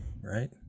right